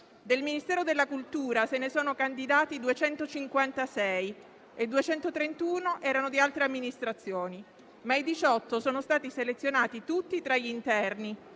Del Ministero della cultura (Mic) se ne sono candidati 256 e 231 erano di altre amministrazioni, ma i 18 sono stati selezionati tutti tra gli interni,